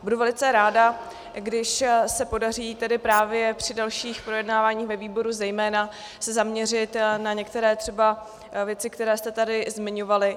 Budu velice ráda, když se podaří tedy právě při dalších projednáváních ve výboru zejména se zaměřit na některé třeba věci, které jste tady zmiňovali.